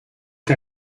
que